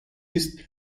ist